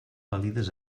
vàlides